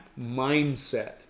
mindset